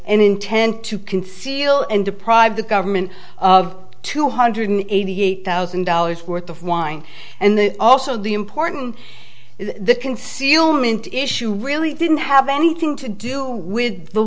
an intent to conceal and deprive the government of two hundred eighty eight thousand dollars worth of wine and also the important concealment issue really didn't have anything to do with the